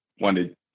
wanted